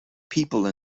people